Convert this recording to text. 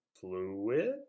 fluid